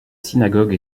synagogue